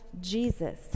Jesus